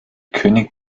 könig